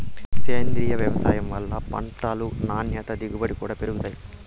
సేంద్రీయ వ్యవసాయం వల్ల పంటలు నాణ్యత దిగుబడి కూడా పెరుగుతాయి